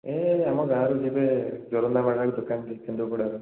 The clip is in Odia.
ଏ ଆମ ଗାଁରୁ ଯିବେ ଜୋରନ୍ଦା ମେଳାରେ ଦୋକାନ ଦେଇଛି ଯେଉଁ କେନ୍ଦୁପଡ଼ାର